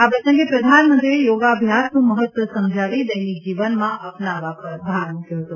આ પ્રસંગે પ્રધાનમંત્રીએ યોગાભ્યાસનું મહત્વ સમજાવી દૈનિક જીવનમાં અપનાવવાપર ભાર મૂક્યો હતો